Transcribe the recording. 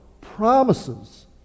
promises